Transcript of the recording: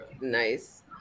Nice